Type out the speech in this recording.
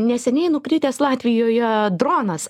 neseniai nukritęs latvijoje dronas